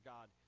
God